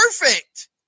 Perfect